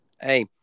Hey